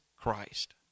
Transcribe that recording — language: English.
Christ